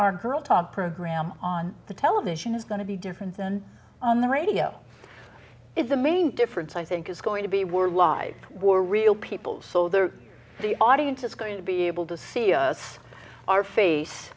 our girl talk program on the television is going to be different than on the radio is the main difference i think is going to be were live were real people so they're the audience is going to be able to see us our face